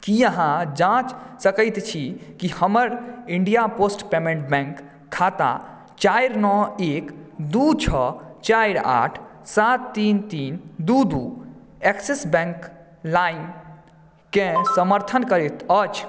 की अहाँ जाँचि सकैत छी कि हमर इंडिया पोस्ट पेमेंट्स बैंक खाता चारि नओ एक दू छओ चारि आठ सात तीन तीन दू दू एक्सिस बैंक लाइमकेँ समर्थन करैत अछि